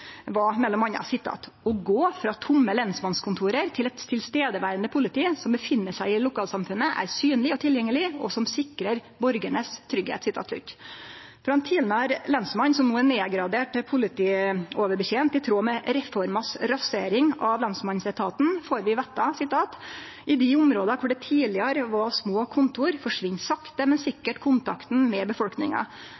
et tilstedeværende politi som befinner seg i lokalsamfunnet, er synlig og tilgjengelig, og som sikrer borgernes trygghet». Frå ein tidlegare lensmann, som no er nedgradert til politioverbetjent i tråd med raseringa av lensmannsetaten, får vi vite: I dei områda der det tidlegare var små kontor, forsvinn sakte, men